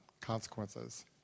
consequences